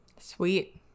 sweet